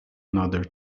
another